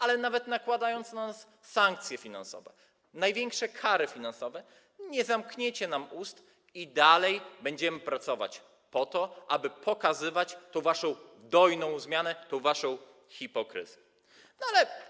Ale nawet nakładając na nas sankcje finansowe, największe kary finansowe, nie zamkniecie nam ust i dalej będziemy pracować po to, aby pokazywać tę waszą dojną zmianę, waszą hipokryzję.